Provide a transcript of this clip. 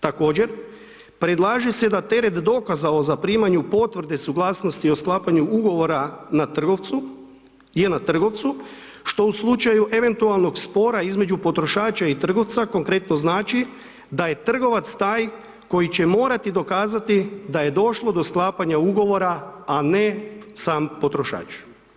Također, predlaže se da teret dokaza o zaprimanju potvrde suglasnosti o sklapanju ugovora na trgovcu, je na trgovcu što u slučaju eventualnog spora između potrošača i trgovca konkretno znači da je trgovac taj koji će morati dokazati da je došlo do sklapanja ugovora, a ne sam potrošač.